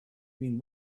been